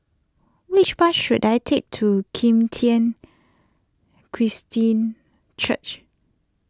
which bus should I take to Kim Tian Christian Church